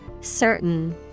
Certain